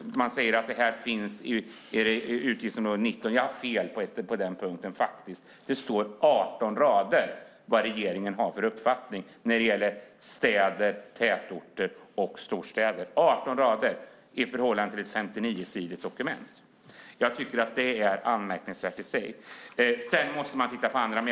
Man säger att det finns i utgiftsområde 19. Jag hade faktiskt fel på den punkten. Det står 18 rader om vad regeringen har för uppfattning om städer, tätorter och storstäder. Det är 18 rader i förhållande till ett 59-sidigt dokument. Det är anmärkningsvärt i sig. Sedan får man titta på andra saker.